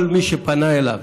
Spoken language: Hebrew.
כל מי שפנה אליו